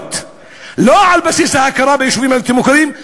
הקרקעות לא על בסיס ההכרה ביישובים הבלתי-מוכרים,